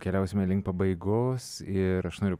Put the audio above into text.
keliausime link pabaigos ir aš noriu